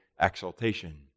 exaltation